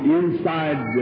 inside